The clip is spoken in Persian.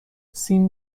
سیم